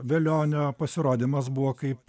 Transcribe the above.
velionio pasirodymas buvo kaip